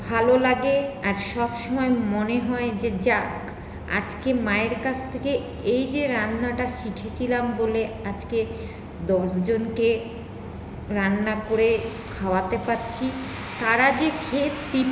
ভালো লাগে আর সবসময় মনে হয় যে যাক আজকে মায়ের কাছ থেকে এই যে রান্নাটা শিখেছিলাম বলে আজকে দশজনকে রান্না করে খাওয়াতে পারছি তারা যে খেয়ে